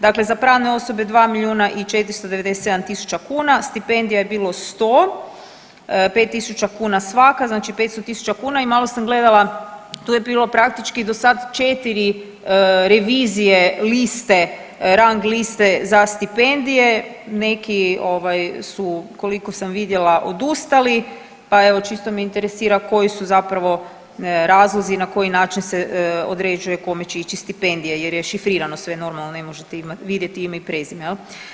Dakle za pravne osobe 2 497 000, stipendija je bilo 100, 5 tisuća kuna svaka, znači 500 tisuća kuna, i malo sam gledala, tu je bilo praktički do sad 4 revizije liste, rang liste za stipendije, neki ovaj su, koliko sam vidjela, odustali, pa evo, čisto me interesira koji su zapravo razlozi i na koji način se određuje kome će ići stipendije jer je šifrirano sve, normalno, ne možete vidjeti ime i prezime, je li?